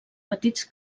petits